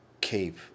keep